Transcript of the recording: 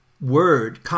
word